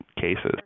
cases